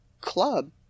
club